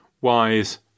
wise